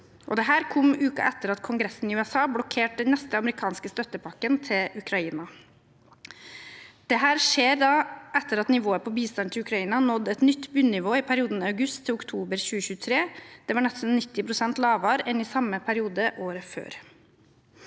Dette kom uken etter at Kongressen i USA blokkerte den neste amerikanske støttepakken til Ukraina. Dette skjer etter at nivået på bistand til Ukraina nådde et nytt bunnivå i perioden august til oktober 2023. Det var nesten 90 pst. lavere enn i samme periode året før.